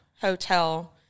Hotel